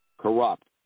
corrupt